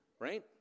right